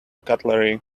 cutlery